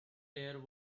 air